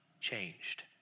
changed